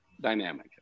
dynamic